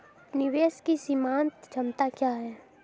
निवेश की सीमांत क्षमता क्या है?